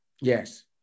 Yes